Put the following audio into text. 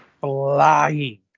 flying